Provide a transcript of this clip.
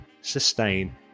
sustain